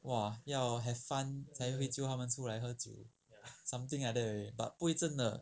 !wah! 要 have fun 才可以 jio 他们出来喝酒 something like but 不会真的